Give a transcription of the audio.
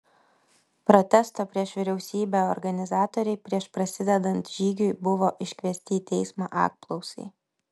protesto prieš vyriausybę organizatoriai prieš prasidedant žygiui buvo iškviesti į teismą apklausai